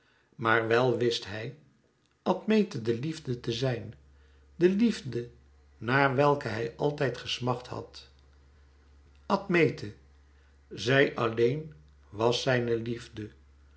maar wèl wist hij admete de liefde te zijn de liefde naar welke hij altijd gesmacht had admete zij alleen was zijne liefde